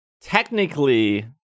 Technically